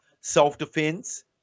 self-defense